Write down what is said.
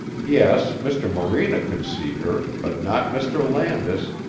yes, mr. morena could see her, but not mr. landis,